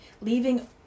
leaving